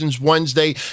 Wednesday